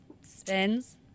spins